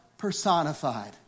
personified